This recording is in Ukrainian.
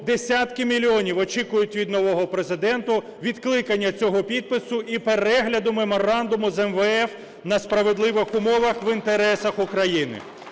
десятки мільйонів очікують від нового Президента відкликання цього підпису і перегляду меморандуму з МВФ на справедливих умовах в інтересах України.